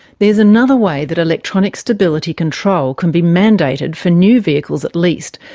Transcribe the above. there's another way that electronic stability control can be mandated for new vehicles at least,